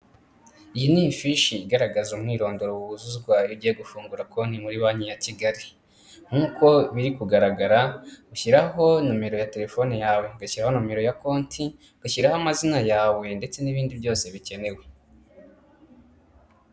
Iyi ni ifishi igaragaza umwirondoro wuzuzwa iyo ugiye gufungura konti muri banki ya Kigali, nkuko biri kugaragara ushyiraho nomero ya telefone yawe, ugashyiraho nomero ya konti, ugashyiraho amazina yawe ndetse n'ibindi byose bikenewe.